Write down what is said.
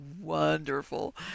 wonderful